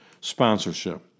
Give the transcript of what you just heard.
Sponsorship